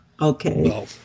okay